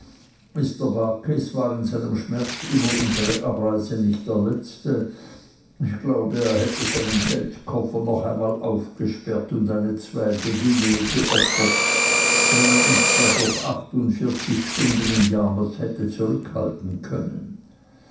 war in seinem schmerz über unsere abreise nicht der letzte ich glaube er hätte seinen geldkoffer noch einmal aufgesperrt und eine zweite guinee geopfert wenn er uns dadurch achtundvierzig stunden in yarmouth hätte zurückhalten können